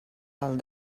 del